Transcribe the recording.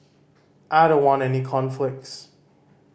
I don't want any conflicts